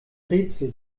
rätsel